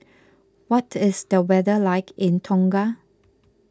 what is the weather like in Tonga